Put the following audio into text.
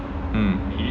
hmm